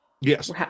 Yes